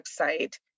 website